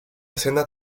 escena